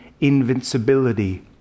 invincibility